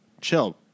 Chill